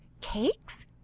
cakes